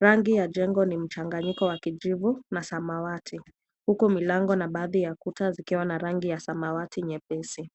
Rangi ya jengo ni mchanganyiko wa kijivu na samawati huku milango na baadhi ya kuta zikiwa na rangi ya samawati nyepesi.